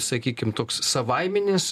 sakykim toks savaiminis